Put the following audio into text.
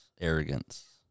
arrogance